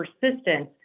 persistence